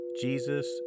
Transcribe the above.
Jesus